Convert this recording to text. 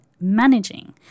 managing